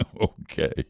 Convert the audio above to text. Okay